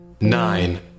nine